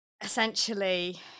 essentially